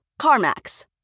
CarMax